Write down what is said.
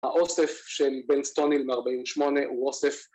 ‫האוסף של בן סטוניל מ-48 הוא אוסף...